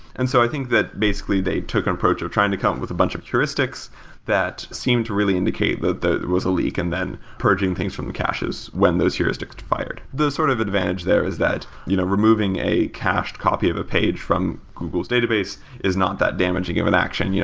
and so i think that, basically, they took an approach of trying to count with a bunch of heuristics that seemed to really indicate that there was a leak and then purging things from caches when those heuristics fired. the sort of advantage there is that you know removing a cached copy of a page from google's database is not that damaging of an action. yeah